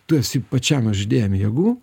tu esi pačiam žydėjime jėgų